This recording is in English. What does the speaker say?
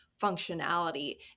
functionality